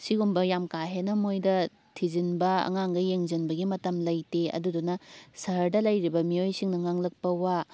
ꯁꯤꯒꯨꯝꯕ ꯌꯥꯝ ꯀꯥ ꯍꯦꯟꯅ ꯃꯣꯏꯗ ꯊꯤꯖꯤꯟꯕ ꯑꯉꯥꯡꯈꯩ ꯌꯦꯡꯁꯤꯟꯕꯒꯤ ꯃꯇꯝ ꯂꯩꯇꯦ ꯑꯗꯨꯗꯨꯅ ꯁꯍꯔꯗ ꯂꯩꯔꯤꯕ ꯃꯤꯑꯣꯏꯁꯤꯡꯅ ꯉꯥꯡꯂꯛꯄ ꯋꯥ